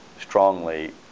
strongly